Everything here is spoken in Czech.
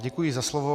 Děkuji za slovo.